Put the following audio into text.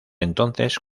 entonces